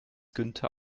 günther